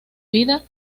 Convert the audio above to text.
vida